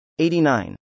89